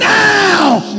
now